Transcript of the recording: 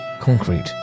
concrete